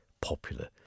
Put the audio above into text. popular